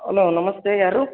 hello ನಮಸ್ತೆ ಯಾರು